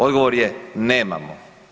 Odgovor je nemamo.